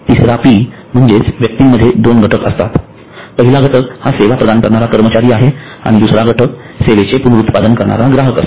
तिसरा पी म्हणजेच व्यक्तीमध्ये दोन घटक असतात पहिला घटक हा सेवा प्रदान करणारा कर्मचारी आहे आणि दुसरा घटक सेवेचे पुनरुत्पादन करणारा ग्राहक असतो